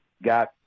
got